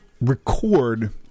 record